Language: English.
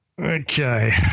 Okay